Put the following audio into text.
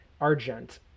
Argent